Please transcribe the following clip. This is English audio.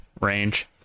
range